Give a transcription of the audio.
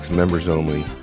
members-only